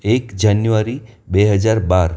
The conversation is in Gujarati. એક જાન્યુઆરી બે હજાર બાર